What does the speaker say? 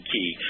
Key